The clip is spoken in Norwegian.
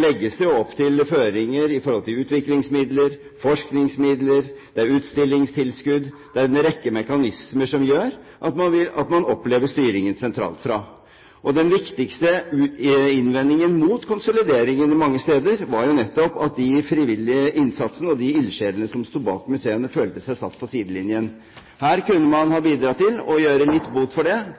legges det føringer for utviklingsmidler og forskningsmidler. Det er utstillingstilskudd. Det er en rekke mekanismer som gjør at man opplever styringen sentralt fra. Og den viktigste innvendingen mot konsolideringen mange steder var jo at de frivillige som gjorde en innsats, og de ildsjelene som sto bak museene, følte seg satt på sidelinjen. Her kunne man ha bidratt til å råde litt bot for det.